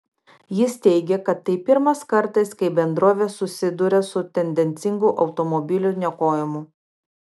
jis teigė kad tai pirmas kartas kai bendrovė susiduria su tendencingu automobilių niokojimu